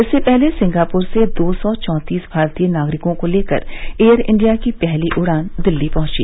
इससे पहले सिंगापुर से दो सौ चौंतीस भारतीय नागरिकों को लेकर एयर इंडिया की पहली उड़ान दिल्ली पहुंची